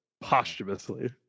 posthumously